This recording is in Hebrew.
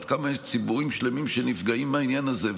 ועד כמה יש ציבורים שלמים שנפגעים מהעניין הזה,